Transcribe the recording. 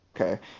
Okay